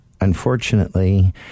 unfortunately